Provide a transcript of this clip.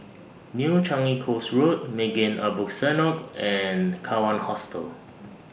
New Changi Coast Road Maghain Aboth Synagogue and Kawan Hostel